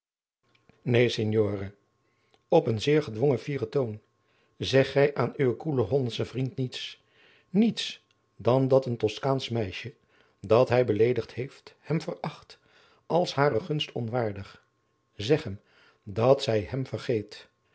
neen signore op een zeer gedwongen fieren toon zeg gij aan uwen koelen hollandschen vriend niets niets dan dat een toskaansch meisje dat hij beleedigd heeft hem veracht als hare gunst onwaardig zeg hem dat zij hem vergeet